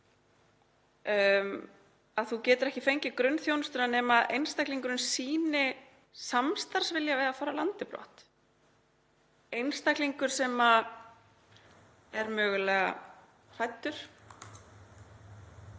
að þú getir ekki fengið grunnþjónustu nema einstaklingurinn sýni samstarfsvilja við að fara af landi brott. Einstaklingur sem er mögulega hræddur,